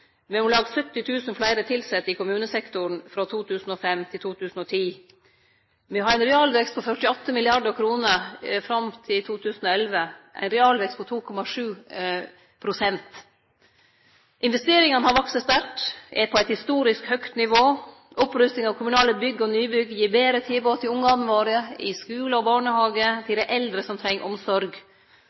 med om lag 70 000 fleire tilsette i kommunesektoren frå 2005 til 2010. Me har hatt ein realvekst på 48 mrd. kr fram til 2011, ein realvekst på 2,7 pst. Investeringane har vakse sterkt og er på eit historisk høgt nivå. Opprustinga av kommunale bygg og nybygg gir eit betre tilbod til ungane våre, i skule og i barnehage, og til dei eldre som treng omsorg.